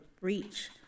reach